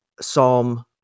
Psalm